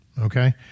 okay